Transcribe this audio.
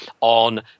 on